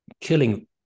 killing